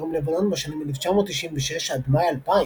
בדרום לבנון בשנים 1996 עד מאי 2000,